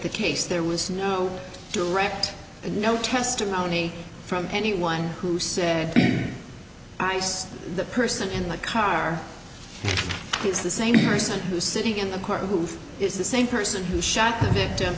the case there was no direct no testimony from anyone who said ice the person in the car it's the same person who's sitting in the car who is the same person who shot the victim